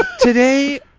Today